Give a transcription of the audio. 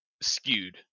skewed